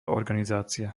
organizácia